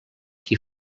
qui